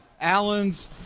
Allen's